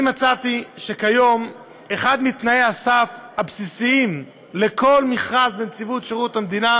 מצאתי שכיום אחד מתנאי הסף הבסיסיים לכל מכרז בנציבות שירות המדינה